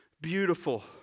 beautiful